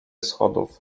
schodów